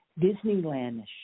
Disneylandish